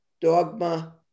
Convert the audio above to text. dogma